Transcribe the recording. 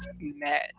mad